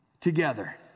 together